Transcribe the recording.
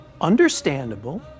Understandable